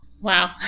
Wow